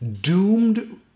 doomed